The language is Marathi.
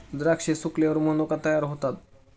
द्राक्षे सुकल्यावर मनुका तयार होतात